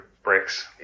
bricks